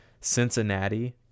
Cincinnati